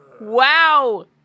Wow